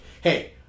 hey